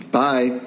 bye